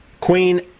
Queen